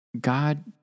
God